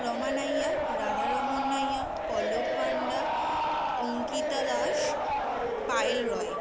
Rama Naiya Radharaman Naiya Pallab Panda Ankita Das Payel Roy